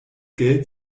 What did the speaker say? geld